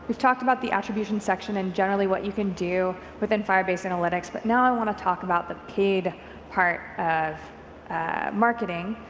we've talked about the attribution section and generally what you can do within firebase analytics but now i want to talk about the paid part of marketing